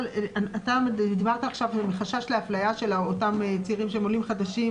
אתה דיברת עכשיו על חשש לאפליה של אותם צעירים שהם עולים חדשים,